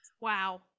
Wow